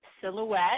Silhouette